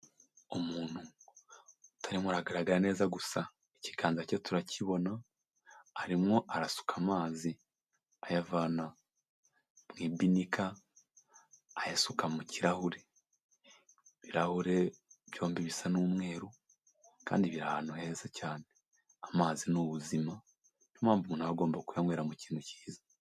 Umuntu utarimo aragaragara neza gusa, ikiganza cye turakibona; arimwo arasuka amazi, ayavana mu ibinika, ayasuka mu kirahure. Ibirahure byombi bisa n'umweru, kandi biri ahantu heza cyane. Amazi ni ubuzima, ni yo mpamvu umuntu aba agomba kuyanywera mu kintu cyiza.